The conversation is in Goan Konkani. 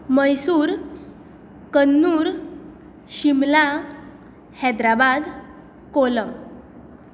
मैसूर कन्नूर शिमला हैदराबाद कोलम